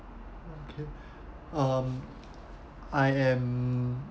okay um I am